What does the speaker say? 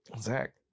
Zach